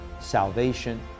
salvation